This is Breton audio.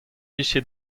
vije